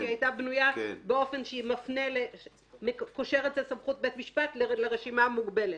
היא הייתה בנויה באופן שקושר את סמכות בית המשפט לרשימה המוגבלת.